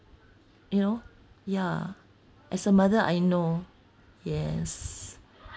you know ya as a mother I know yes